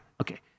okay